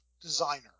designer